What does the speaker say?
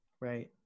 right